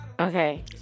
Okay